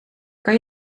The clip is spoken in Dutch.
kan